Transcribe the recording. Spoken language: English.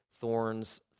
thorns